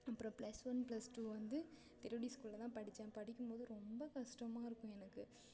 அப்புறம் plus one plus two வந்து திருவடி ஸ்கூலில் தான் படித்தேன் படிக்கும்போது ரொம்ப கஷ்டமா இருக்கும் எனக்கு